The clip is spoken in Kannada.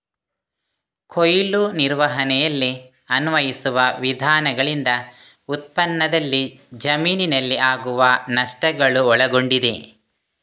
ಕೊಯ್ಲು ನಿರ್ವಹಣೆಯಲ್ಲಿ ಅನ್ವಯಿಸುವ ವಿಧಾನಗಳಿಂದ ಉತ್ಪನ್ನದಲ್ಲಿ ಜಮೀನಿನಲ್ಲಿ ಆಗುವ ನಷ್ಟಗಳು ಒಳಗೊಂಡಿದೆ